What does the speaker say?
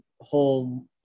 whole